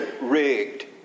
rigged